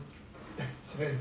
ten cents